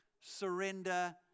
surrender